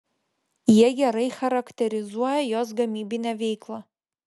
jie gerai charakterizuoja jos gamybinę veiklą